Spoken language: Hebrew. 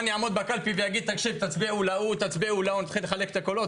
אני אעמוד בקלפי ואבקש שיצביעו לאחרים ואתחיל לחלק את הקולות?